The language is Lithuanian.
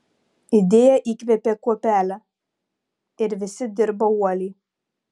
idėja įkvėpė kuopelę ir visi dirbo uoliai